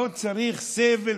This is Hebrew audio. לא צריך סבל,